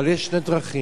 אבל יש שתי דרכים.